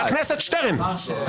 חבר הכנסת שטרן.